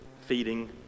feeding